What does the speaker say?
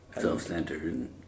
Self-centered